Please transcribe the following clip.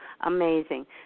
amazing